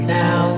now